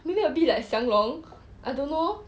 maybe a bit like xiang long I don't know